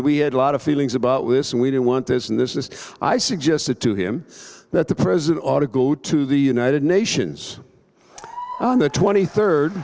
we had a lot of feelings about listen we don't want this and this is i suggested to him that the president ought to go to the united nations on the twenty third